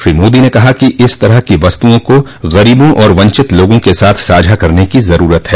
श्री मोदी ने कहा कि इस तरह की वस्तुओं को गरीबों और वंचित लोगों के साथ साझा करने की जरूरत है